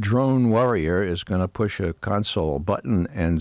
drone warrior is going to push a console button and